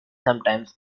sometimes